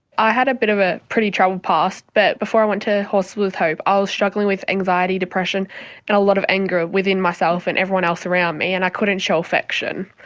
i had a bit of a pretty troubled past, but before i went to horses for hope i was struggling with anxiety, depression and a lot of anger within myself and everyone else around me and i couldn't show affection.